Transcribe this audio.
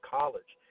college